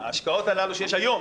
ההשקעות הללו שיש היום.